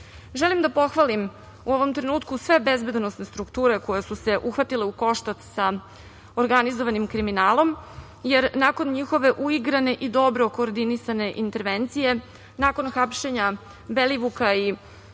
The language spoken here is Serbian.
da pohvalim u ovom trenutku sve bezbedonosne strukture koje su se uhvatile u koštac sa organizovanim kriminalom, jer nakon njihove uigrane i dobro koordinisane intervencije, nakon hapšenja Belivuka i